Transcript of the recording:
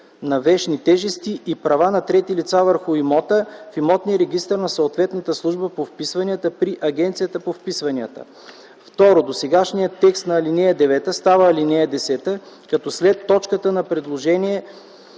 на вещни тежести и права на трети лица върху имота в имотния регистър на съответната служба по вписванията при Агенцията по вписванията.” 2. Досегашният текст на ал. 9 става ал. 10, като след точката на предложение